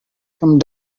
come